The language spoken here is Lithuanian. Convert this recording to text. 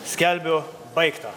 skelbiu baigtą